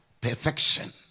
perfection